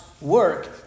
work